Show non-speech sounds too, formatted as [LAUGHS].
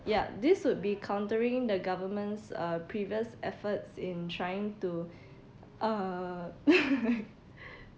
ya this would be countering the government's uh previous efforts in trying to uh [LAUGHS]